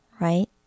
right